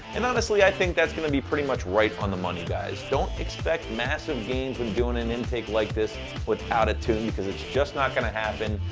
and honestly, i think that's gonna be pretty much right on the money, guys. don't expect massive gains when doing an intake like this without a tune because it's just not gonna happen.